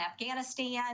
Afghanistan